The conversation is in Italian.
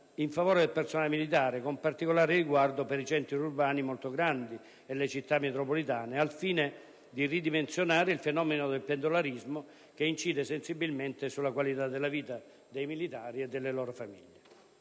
in favore del personale militare, con particolare riguardo per i centri urbani molto grandi e le città metropolitane, al fine di ridimensionare il fenomeno del pendolarismo che incide sensibilmente sulla qualità della vita dei militari e delle loro famiglie;